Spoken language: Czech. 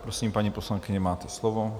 Prosím, paní poslankyně, máte slovo.